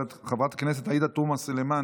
חברת הכנסת עאידה תומא סלימאן,